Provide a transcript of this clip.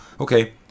okay